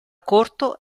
corto